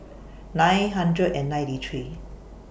nine hundred and ninety three